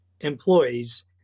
employees